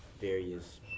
various